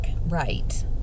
Right